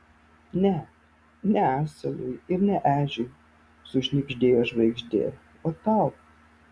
ne ne asilui ir ne ežiui sušnibždėjo žvaigždė o tau